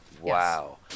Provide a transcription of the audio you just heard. Wow